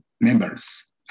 members